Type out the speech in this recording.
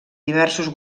diversos